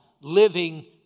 living